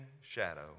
shadow